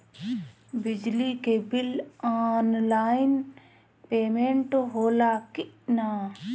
बिजली के bill online payment होला कि ना?